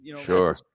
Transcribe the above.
Sure